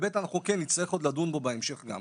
וכן נצטרך עוד לדון בו גם בהמשך,